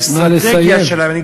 באסטרטגיה שלהם, נא לסיים.